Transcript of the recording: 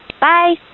Bye